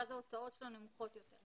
ואז ההוצאות שלו נמוכות יותר.